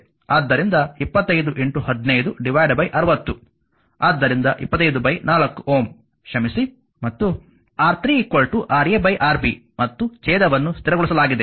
ಆದ್ದರಿಂದ 25 15 60 ಆದ್ದರಿಂದ 254 Ω ಕ್ಷಮಿಸಿ ಮತ್ತು R3 Ra Rb ಮತ್ತು ಛೇದವನ್ನು ಸ್ಥಿರಗೊಳಿಸಲಾಗಿದೆ